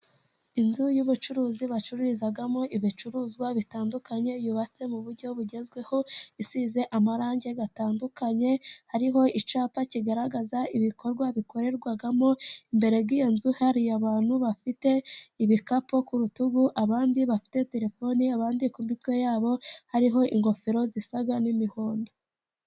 Inzu y'ubucuruzi bacururizamo ibicuruzwa bitandukanye yubatse mu buryo bugezweho isize amarange atandukanye, hariho icyapa kigaragaza ibikorwa bikorerwamo. Imbere y'iyo nzu hari abantu bafite ibikapu ku rutugu abandi bafite terefone abandi ku mitwe yabo hariho ingofero zisa n'imihondo.